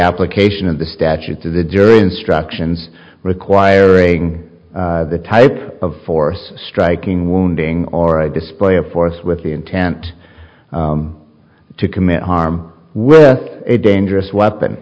application of the statute to the jury instructions requiring the type of force striking wounding or i display of force with the intent to commit harm with a dangerous weapon